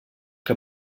que